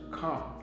come